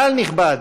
קהל נכבד,